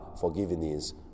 forgiveness